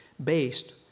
based